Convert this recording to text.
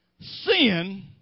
Sin